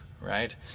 right